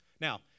Now